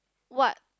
what